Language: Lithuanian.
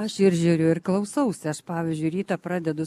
aš ir žiūriu ir klausausi aš pavyzdžiui rytą pradedu